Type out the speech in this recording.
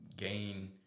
Gain